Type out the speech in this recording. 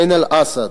עין-אל-אסד,